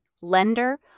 lender